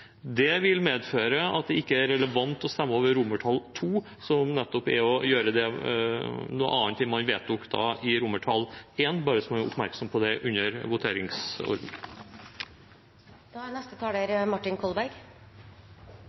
Det vil medføre at det ikke er relevant å stemme over II, som nettopp er å gjøre noe annet enn det man vedtok i I – bare så man er oppmerksom på det under voteringen. Min tanke om dette spørsmålet som er